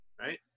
Right